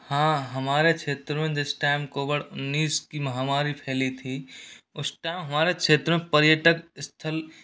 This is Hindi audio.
हाँ हमारे क्षेत्र में जिस टाइम कोवड उन्नीस की महामारी फैली थी उस टाइम हमारे क्षेत्र में पर्यटक स्थल